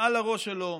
מעל הראש שלו,